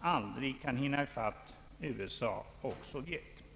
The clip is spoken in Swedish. aldrig kan hinna ifatt USA och Sovjet.